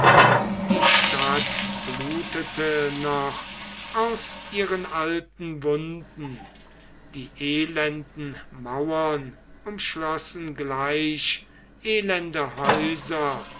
die stadt blutete noch aus ihren alten wunden die elenden mauern umschlossen gleich elende häuser